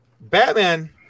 Batman